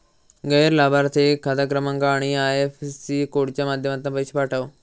गैर लाभार्थिक खाता क्रमांक आणि आय.एफ.एस.सी कोडच्या माध्यमातना पैशे पाठव